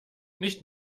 nicht